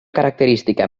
característica